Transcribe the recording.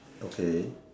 okay